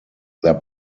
their